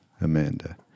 amanda